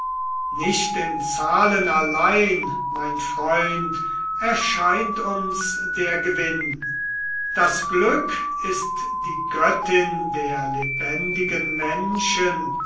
nicht in zahlen allein mein freund erscheint uns der gewinn das glück ist die göttin der lebendigen menschen